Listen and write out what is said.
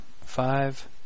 five